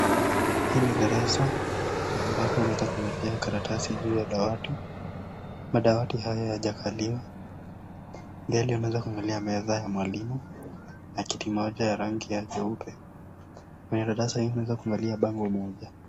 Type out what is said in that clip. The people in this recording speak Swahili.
Hii ni darasa ambapo unaweza kuangalia karatasi juu ya dawati, madawati haya hayajakaliwa, mbele unaweza kuangalia meza ya mwalimu na kiti moja ya rangi ya nyeupe, kwenye darasa hili unaweza kuangalia bango moja.